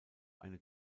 eine